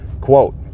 Quote